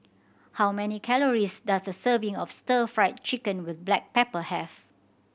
how many calories does a serving of Stir Fry Chicken with black pepper have